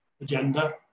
agenda